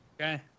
Okay